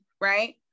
right